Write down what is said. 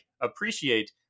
appreciate